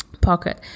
pocket